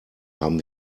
haben